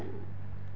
आता